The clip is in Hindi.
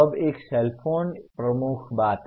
अब एक सेलफोन एक प्रमुख बात है